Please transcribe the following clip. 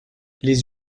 les